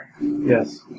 Yes